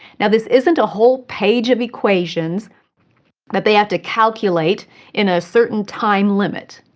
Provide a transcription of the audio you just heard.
and this isn't a whole page of equations that they have to calculate in a certain time limit.